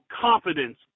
Confidence